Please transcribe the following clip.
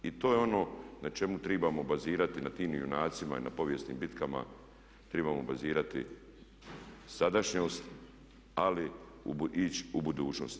I to je ono na čemu trebamo bazirati, na tim junacima i na povijesnim bitkama trebamo bazirati sadašnjost ali ići u budućnost.